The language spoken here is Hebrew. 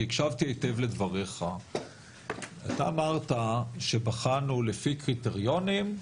כי הקשבתי היטב לדבריך ואתה אמרת ש"בחנו לפי קריטריונים"